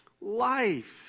life